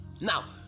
now